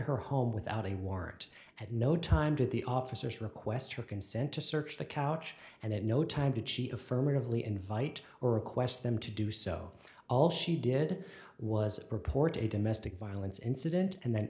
her home without a warrant had no time to the officers request her consent to search the couch and at no time to cheat affirmatively invite or request them to do so all she did was reported a domestic violence incident and the